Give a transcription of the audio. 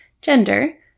gender